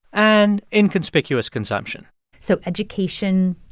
and inconspicuous consumption so education,